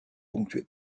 ponctué